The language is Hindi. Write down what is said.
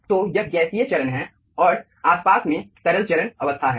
तो यह गैसीय चरण है और आसपास में तरल चरण अवस्था है